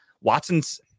Watson's